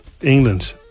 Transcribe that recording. England